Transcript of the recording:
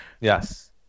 Yes